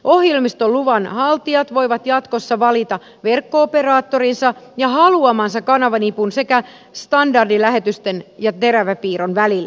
ohjelmistoluvan haltijat voivat jatkossa valita verkko operaattorinsa ja haluamansa kanavanipun sekä standardilähetysten ja teräväpiirron välillä